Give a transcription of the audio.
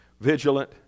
vigilant